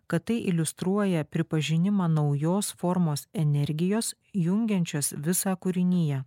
kad tai iliustruoja pripažinimą naujos formos energijos jungiančios visą kūriniją